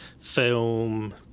film